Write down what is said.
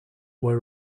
were